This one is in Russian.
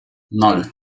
ноль